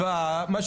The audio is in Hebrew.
בבקשה.